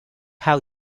how